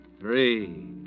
Three